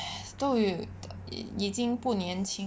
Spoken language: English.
都有已经不年轻